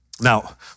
Now